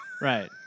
right